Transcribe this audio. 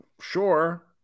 sure